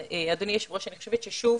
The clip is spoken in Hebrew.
אדוני היושב ראש, אני חושבת ששוב